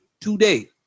today